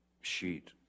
sheet